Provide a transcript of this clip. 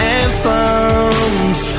anthems